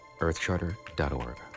earthcharter.org